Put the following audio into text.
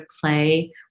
play